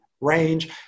range